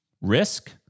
Risk